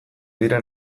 dira